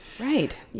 right